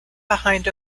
behind